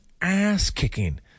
ass-kicking